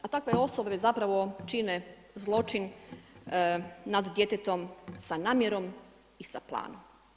A takve osobe zapravo čine zločin nad djetetom sa namjerom i sa planom.